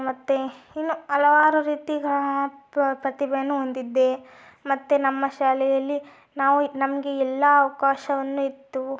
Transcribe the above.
ಮತ್ತು ಇನ್ನೂ ಹಲವಾರು ರೀತಿಗಳ ಪ್ರತಿಭೆಯನ್ನು ಹೊಂದಿದ್ದೆ ಮತ್ತು ನಮ್ಮ ಶಾಲೆಯಲ್ಲಿ ನಾವು ನಮಗೆ ಎಲ್ಲ ಅವಕಾಶವನ್ನು ಇತ್ತು